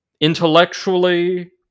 intellectually